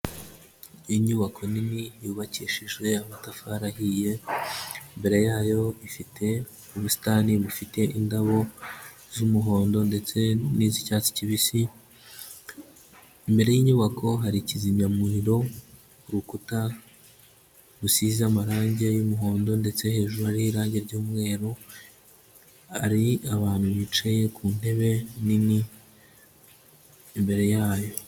Inyubako nini yubakishijwe amatafari ahiye, imbere yayo ifite ubusitani bufite indabo z'umuhondo ndetse n'iz'icyatsi kibisi, imbere y'inyubako hari ikizimyamuriro ku rukuta rusize amarangi y'umuhondo ndetse hejuru hariho irangi ryumweru, hari abantu bicaye ku ntebe nini imbere yayo.